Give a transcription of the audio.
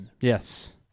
Yes